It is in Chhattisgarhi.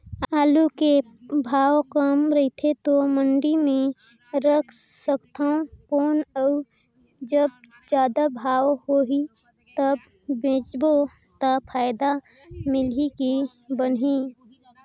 आलू के भाव कम रथे तो मंडी मे रख सकथव कौन अउ जब जादा भाव होही तब बेचबो तो फायदा मिलही की बनही?